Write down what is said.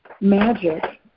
Magic